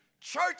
Church